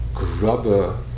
rubber